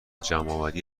جمعآوری